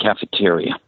cafeteria